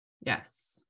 Yes